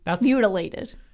Mutilated